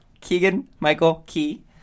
Keegan-Michael-Key